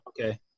Okay